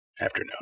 afternoon